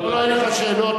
כל עניין השאלות,